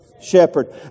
shepherd